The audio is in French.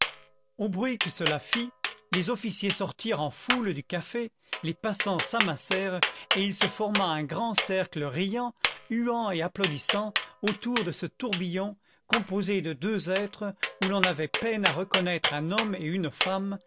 au bruit que cela fit les officiers sortirent en foule du café les passants s'amassèrent et il se forma un grand cercle riant huant et applaudissant autour de ce tourbillon composé de deux êtres où l'on avait peine à reconnaître un homme et une femme